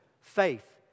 faith